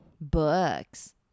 Books